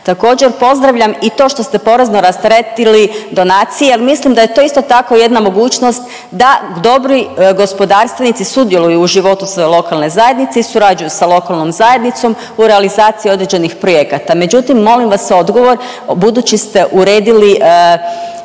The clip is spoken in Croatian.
Također pozdravljam i to što ste porezno rasteretili donacije jer mislim da je to isto tako jedna mogućnost da dobri gospodarstvenici sudjeluju u životu svoje lokalne zajednice i surađuju sa lokalnom zajednicom u realizaciji određenih projekata. Međutim molim vas odgovor budući ste uredili